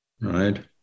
right